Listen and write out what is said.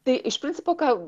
tai iš principo ką